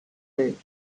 will